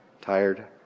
tired